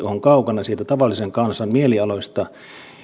on kaukana tavallisen kansan mielialoista